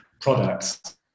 products